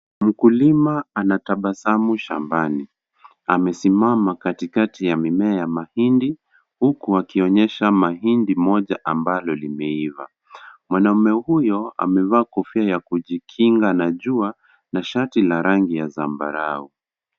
Mkulima anatabasamu shambani. Amesimama katikati ya mimea ya mahindi, huku akionyesha mahindi moja ambalo limeiva. Mwanaume huyo amevaa kofia ya kujikinga na jua na shati la rangi ya zambarau.